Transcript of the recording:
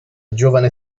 giovane